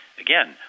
Again